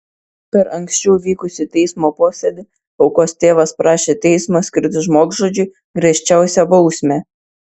per anksčiau vykusį teismo posėdį aukos tėvas prašė teismo skirti žmogžudžiui griežčiausią bausmę